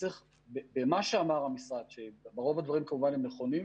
ברוב הדברים שאמר המשרד הם כמובן נכונים,